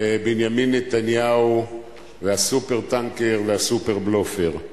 בנימין נתניהו והסופר-טנקר והסופר-בלופר";